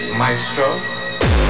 maestro